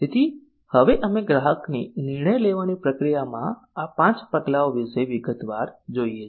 તેથી હવે અમે ગ્રાહકની નિર્ણય લેવાની પ્રક્રિયામાં આ પાંચ પગલાંઓ વિશે વિગતવાર જોઈએ છીએ